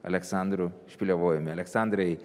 aleksandru šplevojumi aleksandrai